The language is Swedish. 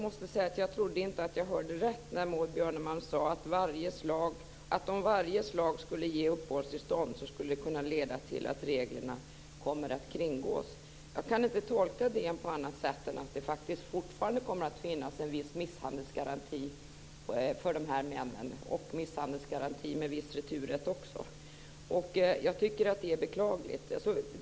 Fru talman! Jag trodde inte att jag hörde rätt när Maud Björnemalm sade att om varje slag skulle ge uppehållstillstånd skulle det leda till att reglerna kommer att kringgås. Jag kan inte tolka det på annat sätt än att det faktiskt fortfarande kommer att finnas en viss misshandelsgaranti med viss returrätt för dessa män. Det är beklagligt.